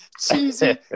cheesy